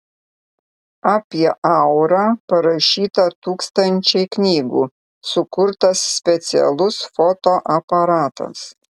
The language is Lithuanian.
apie aurą parašyta tūkstančiai knygų sukurtas specialus fotoaparatas